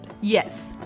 yes